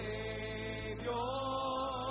Savior